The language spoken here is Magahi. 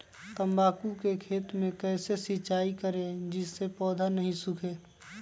तम्बाकू के खेत मे कैसे सिंचाई करें जिस से पौधा नहीं सूखे?